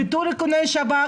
ביטול איכוני שב"כ,